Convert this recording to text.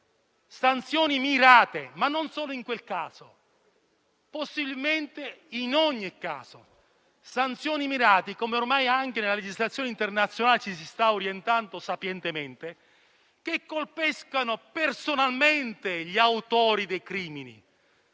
sanzioni mirate, e non solo in quel caso, ma possibilmente in ogni caso; sanzioni mirate alle quali ormai anche nella legislazione internazionale ci si sta orientando sapientemente che colpiscano personalmente gli autori dei crimini